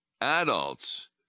adults